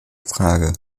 frage